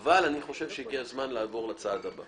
אבל אני חושב שהגיע הזמן לעבור לצעד הבא